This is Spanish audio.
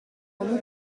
como